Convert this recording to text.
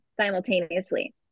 simultaneously